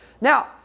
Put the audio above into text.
now